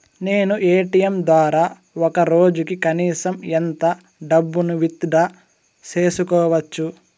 నేను ఎ.టి.ఎం ద్వారా ఒక రోజుకి కనీసం ఎంత డబ్బును విత్ డ్రా సేసుకోవచ్చు?